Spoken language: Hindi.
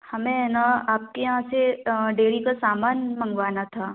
हमें ना आपके यहाँ से डेयरी का सामान मंगवाना था